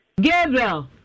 Gabriel